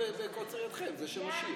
בקוצר ידכם", זה שם השיר.